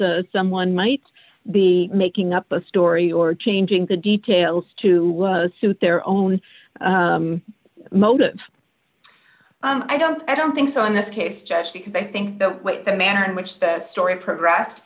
someone might be making up a story or changing the details to suit their own motive i don't i don't think so in this case just because i think the way the manner in which that story progressed